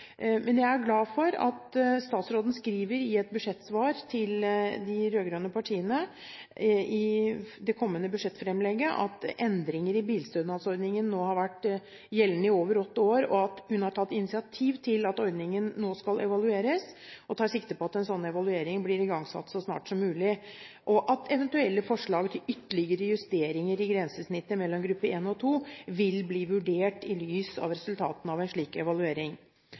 Jeg er glad for at statsråden skriver i et svar til de rød-grønne partiene i det kommende budsjettfremlegget at endringer i bilstønadsordningen nå har vært gjeldende i over åtte år, at hun har tatt initiativ til at ordningen nå skal evalueres, at hun tar sikte på at en sånn evaluering blir igangsatt så snart som mulig, og at eventuelle forslag til ytterligere justeringer i grensesnittet mellom gruppe 1 og gruppe 2 vil bli vurdert i lys av resultatene av en slik evaluering.